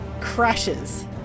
crashes